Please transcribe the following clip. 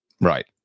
right